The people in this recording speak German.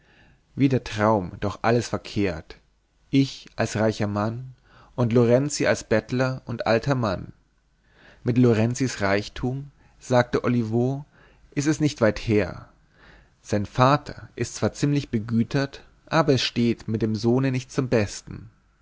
wie der traum doch alles verkehrt ich als reicher mann und lorenzi als bettler und alter mann mit lorenzis reichtum sagte olivo ist es nicht weit her sein vater ist zwar ziemlich begütert aber er steht mit dem sohne nicht zum besten